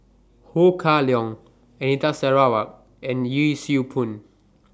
Ho Kah Leong Anita Sarawak and Yee Siew Pun